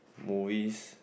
movies